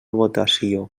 votació